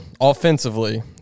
offensively